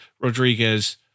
Rodriguez